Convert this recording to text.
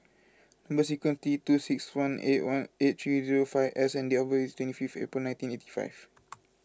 Number Sequence is T two six one eight three zero five S and date of birth is twenty five April nineteen eighty five